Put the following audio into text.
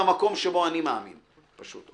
מהמקום שבו אני מאמין פשוט.